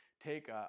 take